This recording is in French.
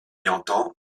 entend